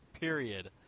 period